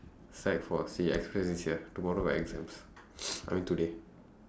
sec four she express then she have tomorrow got exams I mean today